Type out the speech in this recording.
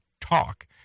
TALK